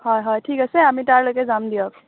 হয় হয় ঠিক আছে আমি তাৰলৈকে যাম দিয়ক